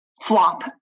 flop